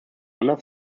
under